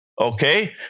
Okay